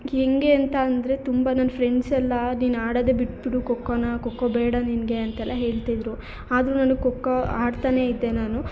ಹೇಗೆ ಅಂತ ಅಂದರೆ ತುಂಬ ನನ್ನ ಫ್ರೆಂಡ್ಸ್ ಎಲ್ಲ ನೀನು ಆಡೋದೇ ಬಿಟ್ಟುಬಿಡು ಖೋಖೋನ ಖೋಖೋ ಬೇಡ ನಿನಗೆ ಅಂತೆಲ್ಲ ಹೇಳ್ತಿದ್ದರು ಆದರೂ ನಾನು ಖೋಖೋ ಆಡ್ತಲೇ ಇದ್ದೆ ನಾನು